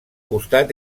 costat